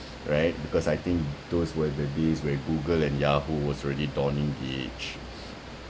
right because I think those were the days when Google and Yahoo was already dawning age